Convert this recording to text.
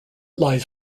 lies